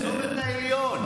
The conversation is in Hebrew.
עזוב את העליון.